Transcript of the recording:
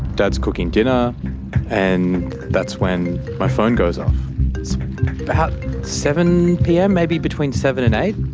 dad's cooking dinner and that's when my phone goes off. it's about seven pm, maybe between seven and eight.